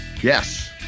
Yes